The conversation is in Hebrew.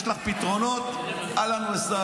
ואמרתי, אם יש לך פתרונות, אהלן וסהלן.